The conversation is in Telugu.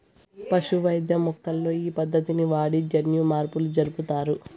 పశు వైద్యం మొక్కల్లో ఈ పద్దతిని వాడి జన్యుమార్పులు జరుపుతారు